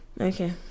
okay